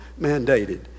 mandated